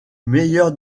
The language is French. meilleur